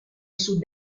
sud